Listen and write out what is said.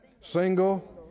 Single